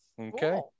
okay